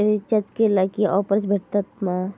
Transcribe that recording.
Recharge केला की offers भेटात मा?